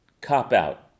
cop-out